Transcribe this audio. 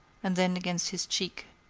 and then against his cheek,